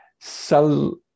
sal